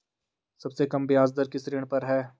सबसे कम ब्याज दर किस ऋण पर है?